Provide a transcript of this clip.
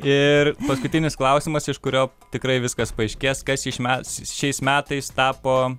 ir paskutinis klausimas iš kurio tikrai viskas paaiškės kas iš mes šiais metais tapo